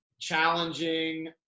challenging